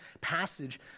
passage